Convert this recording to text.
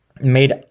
made